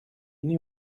knew